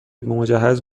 مجهز